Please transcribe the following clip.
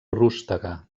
rústega